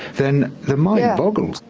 then the mind boggles.